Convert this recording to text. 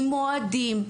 עם מועדים,